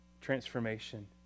transformation